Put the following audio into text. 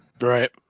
Right